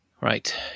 Right